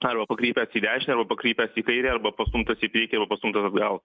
arba pakrypęs į dešinę arba pakrypęs į kairę arba pastumtas į priekį arba pastumtas atgal